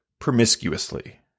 promiscuously